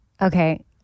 Okay